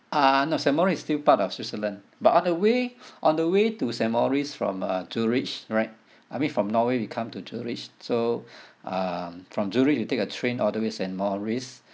uh no saint maurice is still part of switzerland but on the way on the way to saint maurice from uh zurich right I mean from norway we come to zurich so um from zurich we take a train all the way saint maurice